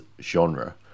genre